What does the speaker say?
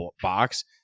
box